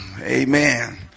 Amen